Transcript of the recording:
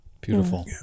Beautiful